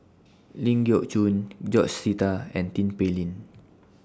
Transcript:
Ling Geok Choon George Sita and Tin Pei Ling